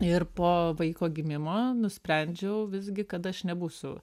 ir po vaiko gimimo nusprendžiau visgi kad aš nebūsiu